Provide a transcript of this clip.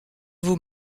vos